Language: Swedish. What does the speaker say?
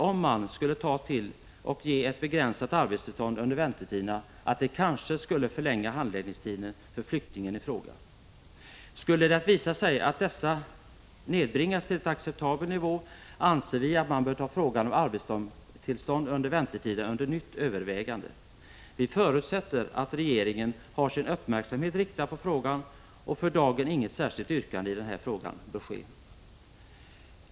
Om man skulle ta i och ge ett begränsat arbetstillstånd under väntetiden skulle det kanske förlänga handläggningstiderna för flyktingen i fråga, och det bekymrar oss givetvis. Skulle det visa sig att handläggningstiderna nedbringas till en acceptabel nivå bör man, anser vi, ta frågan om arbetstillstånd under väntetiden under nytt övervägande. Vi förutsätter att regeringen har sin uppmärksamhet riktad på frågan, och vi har därför för dagen inget särskilt yrkande i den frågan.